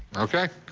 ok.